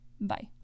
Bye